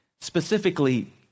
Specifically